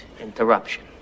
interruption